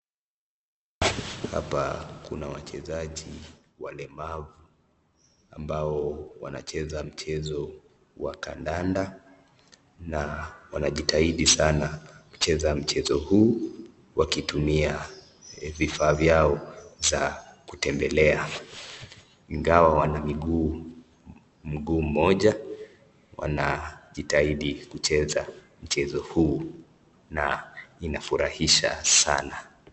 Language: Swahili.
Hapa kuna wachezaji walemavu ambao wanacheza mchezo wa kandanda na wanajitahidi sana kucheza mchezo huu wakitumia vifaa vyao za kutembelea. Ingawa wana mguu mmoja, wanajitahidi kucheza mchezo huu na inafurahisha sana.